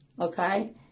okay